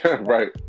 Right